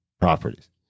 properties